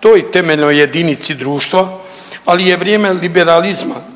toj temeljnoj jedinici društva, ali je vrijeme liberalizma